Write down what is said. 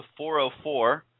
404